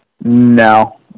No